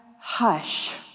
hush